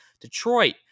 Detroit